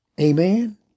Amen